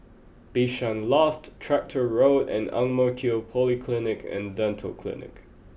Bishan Loft Tractor Road and Ang Mo Kio Polyclinic and Dental Clinic